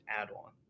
add-on